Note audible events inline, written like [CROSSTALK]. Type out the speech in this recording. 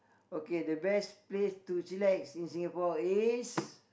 [BREATH] okay the best place to chillax in Singapore is